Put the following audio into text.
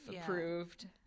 approved